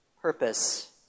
purpose